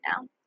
now